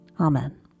Amen